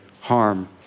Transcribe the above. harm